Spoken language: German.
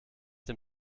dem